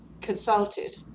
consulted